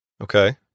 Okay